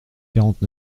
quarante